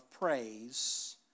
praise